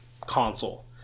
console